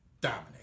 dominate